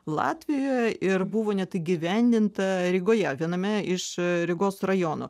latvijoje ir buvo net įgyvendinta rygoje viename iš rygos rajono